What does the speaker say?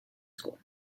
school